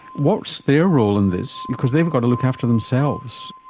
what's their role in this? because they've got to look after themselves.